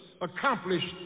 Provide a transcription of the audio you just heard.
accomplished